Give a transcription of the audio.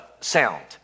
sound